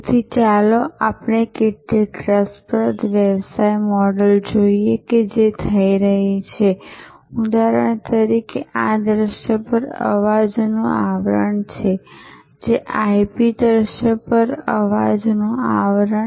તેથી ચાલો આપણે કેટલીક રસપ્રદ વ્યવસાય મોડલ જોઈએ જે થઈ રહી છે ઉદાહરણ તરીકે આ દ્રશ્ય પર અવાજનું આવરણ આઈપી દ્રશ્ય પર અવાજનું આવરણ